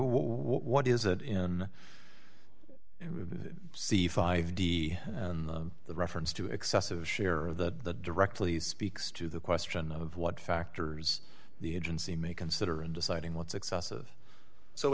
what is it in c five d and the reference to excessive share of the directly speaks to the question of what factors the agency may consider in deciding what's excessive so